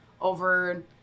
over